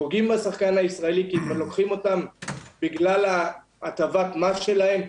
פוגעים בשחקן הישראלי כי לוקחים אותם בגלל הטבת המס שלהם,